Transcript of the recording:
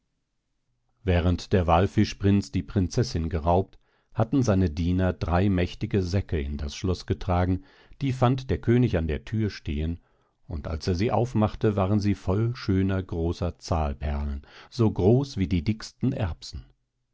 während der wallfischprinz die prinzessin geraubt hatten seine diener drei mächtige säcke in das schloß getragen die fand der könig an der thür stehen und als er sie aufmachte waren sie voll schöner großer zahlperlen so groß wie die dicksten erbsen